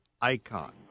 Icon